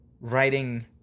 writing